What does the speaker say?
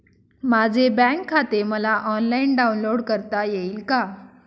माझे बँक खाते मला ऑनलाईन डाउनलोड करता येईल का?